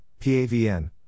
PAVN